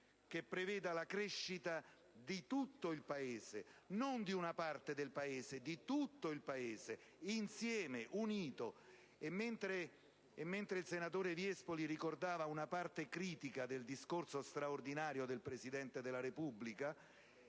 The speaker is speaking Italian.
che preveda la crescita di tutto il Paese: non di una parte, ma di tutto il Paese, insieme ed unito. Mentre il senatore Viespoli ricordava una parte critica del discorso straordinario del Presidente della Repubblica,